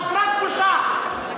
חסרת בושה.